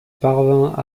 parvint